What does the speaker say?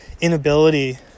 inability